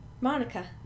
Monica